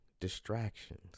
distractions